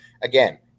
Again